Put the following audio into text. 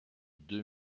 deux